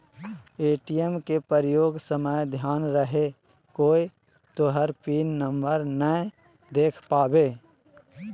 ATM के प्रयोग समय ध्यान रहे कोय तोहर पिन नंबर नै देख पावे